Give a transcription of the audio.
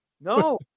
no